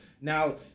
Now